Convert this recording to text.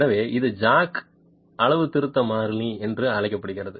எனவே இது ஜாக் அளவுத்திருத்த மாறிலி என்று அழைக்கப்படுகிறது